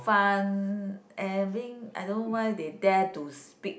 fun and mean I don't know why they dare to speak